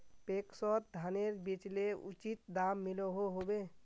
पैक्सोत धानेर बेचले उचित दाम मिलोहो होबे?